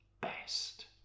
best